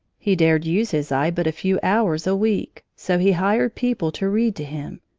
he dared use his eye but a few hours a week. so he hired people to read to him,